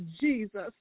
Jesus